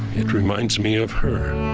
it reminds me of her.